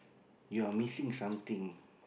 you're missing something